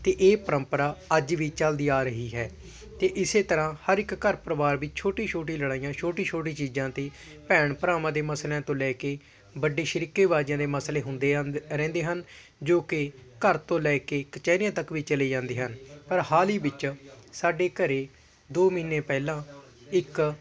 ਅਤੇ ਇਹ ਪਰੰਪਰਾ ਅੱਜ ਵੀ ਚੱਲਦੀ ਆ ਰਹੀ ਹੈ ਅਤੇ ਇਸੇ ਤਰ੍ਹਾਂ ਹਰ ਇੱਕ ਘਰ ਪਰਿਵਾਰ ਵਿੱਚ ਛੋਟੀ ਛੋਟੀ ਲੜਾਈਆਂ ਛੋਟੀ ਛੋਟੀ ਚੀਜ਼ਾਂ ਅਤੇ ਭੈਣ ਭਰਾਵਾਂ ਦੇ ਮਸਲਿਆਂ ਤੋਂ ਲੈ ਕੇ ਵੱਡੇ ਸ਼ਰੀਕੇ ਬਾਜ਼ੀਆਂ ਦੇ ਮਸਲੇ ਹੁੰਦੇ ਰਹਿੰਦੇ ਹਨ ਜੋ ਕਿ ਘਰ ਤੋਂ ਲੈ ਕੇ ਕਚਹਿਰੀਆਂ ਤੱਕ ਵੀ ਚਲੇ ਜਾਂਦੇ ਹਨ ਪਰ ਹਾਲ ਹੀ ਵਿੱਚ ਸਾਡੇ ਘਰੇ ਦੋ ਮਹੀਨੇ ਪਹਿਲਾਂ ਇੱਕ